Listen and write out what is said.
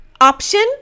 option